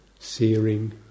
searing